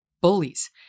bullies